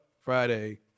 friday